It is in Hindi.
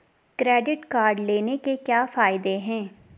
क्रेडिट कार्ड लेने के क्या फायदे हैं?